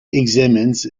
examines